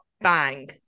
bang